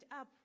up